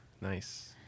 nice